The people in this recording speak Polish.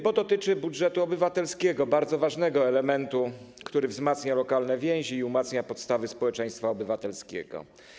Bo dotyczy budżetu obywatelskiego, bardzo ważnego elementu, który wzmacnia lokalne więzi i umacnia podstawy społeczeństwa obywatelskiego.